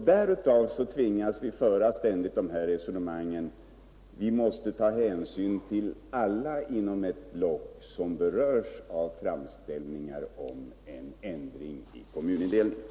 Därför tvingas vi att ständigt föra resonemanget att vi måste ta hänsyn till alla inom ett block som beröres av framställningar om en ändring i kommunindelningen.